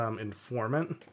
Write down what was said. informant